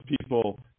people